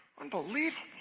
Unbelievable